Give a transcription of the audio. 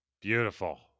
beautiful